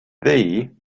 thee